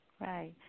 Right